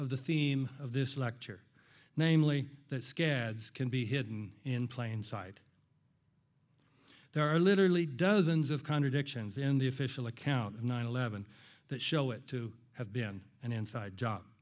of the theme of this lecture namely that scads can be hidden in plain sight there are literally dozens of contradictions in the official account of nine eleven that show it to have been an inside job